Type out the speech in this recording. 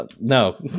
No